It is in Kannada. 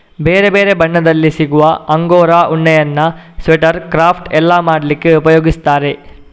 ಬೇರೆ ಬೇರೆ ಬಣ್ಣದಲ್ಲಿ ಸಿಗುವ ಅಂಗೋರಾ ಉಣ್ಣೆಯನ್ನ ಸ್ವೆಟರ್, ಕ್ರಾಫ್ಟ್ ಎಲ್ಲ ಮಾಡ್ಲಿಕ್ಕೆ ಉಪಯೋಗಿಸ್ತಾರೆ